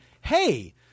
hey